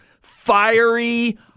fiery